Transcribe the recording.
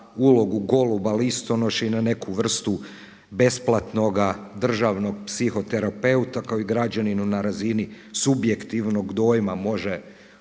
ulogu goluba listonoše i na neku vrstu besplatnoga državnog psihoterapeuta kao i građaninu na razini subjektivnog dojma može olakšati